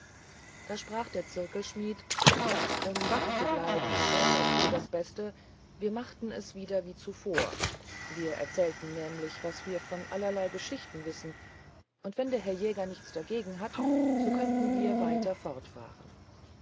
da sprach der zirkelschmidt um wach zu bleiben wäre es wohl das beste wir machten es wieder wie zuvor wir erzählten nämlich was wir von allerlei geschichten wissen und wenn der herr jäger nichts dagegen hat so könnten wir weiter fortfahren